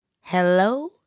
Hello